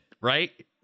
right